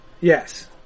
Yes